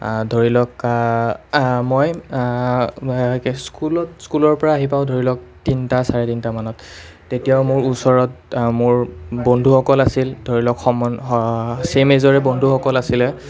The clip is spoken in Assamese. ধৰি লওক মই স্কুলত স্কুলৰ পৰা আহি পাওঁ ধৰি লওক তিনিটা চাৰে তিনিটা মানত তেতিয়াও মোৰ ওচৰত মোৰ বন্ধুসকল আছিল ধৰি লওক সমন ছেইম এইজৰে বন্ধুসকল আছিলে